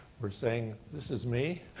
for saying, this is me.